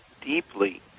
deeply